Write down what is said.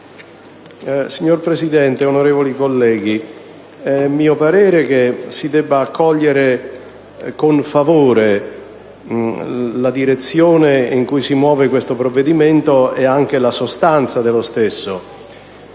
Signora Presidente, onorevoli colleghi, è mio parere che si debba accogliere con favore la direzione in cui si muove questo provvedimento e anche la sostanza dello stesso.